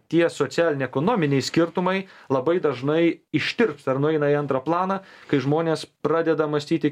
tie socialiniai ekonominiai skirtumai labai dažnai ištirpsta ir nueina į antrą planą kai žmonės pradeda mąstyti